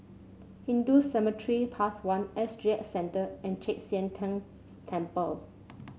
Hindu Cemetery Path one S G X Centre and Chek Sian Tng Temple